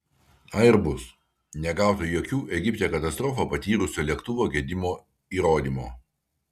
airbus negauta jokių egipte katastrofą patyrusio lėktuvo gedimų įrodymo